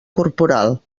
corporal